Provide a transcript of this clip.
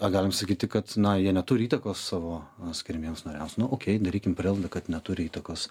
a galim sakyti kad na jie neturi įtakos savo skiriamiems nariams nu okei darykime prielaidą kad neturi įtakos